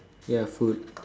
ya food